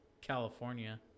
California